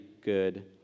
good